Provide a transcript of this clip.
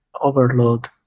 overload